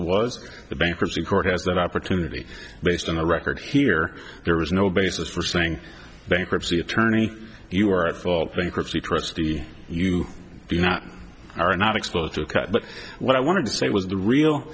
was the bankruptcy court has that opportunity based on a record here there is no basis for saying bankruptcy attorney you are at fault bankruptcy trustee you are not exposed to cut but what i wanted to say was the real